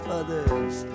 others